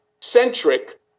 centric